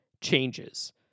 changes